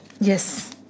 Yes